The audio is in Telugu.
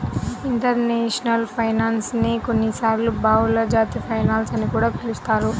ఇంటర్నేషనల్ ఫైనాన్స్ నే కొన్నిసార్లు బహుళజాతి ఫైనాన్స్ అని కూడా పిలుస్తారు